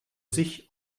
sich